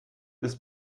ist